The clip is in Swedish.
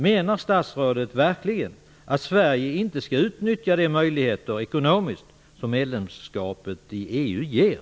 Menar statsrådet verkligen att Sverige inte skall utnyttja de ekonomiska möjligheter som medlemskapet i EU ger?